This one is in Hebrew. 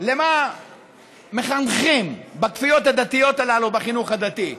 למה מחנכים בכפיות הדתיות הללו בחינוך הדתי: